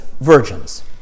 virgins